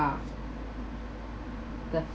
car the